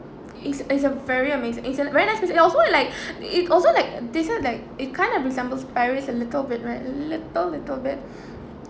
it's it's a very amazing it's a very nice place and also like it also like does it like it kind of resembles paris a little bit right little little bit